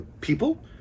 people